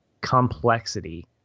complexity